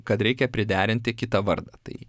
kad reikia priderinti kitą vardą tai